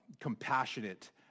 compassionate